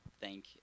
thank